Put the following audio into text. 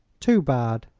too bad,